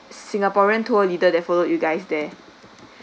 singaporean tour leader that followed you guys there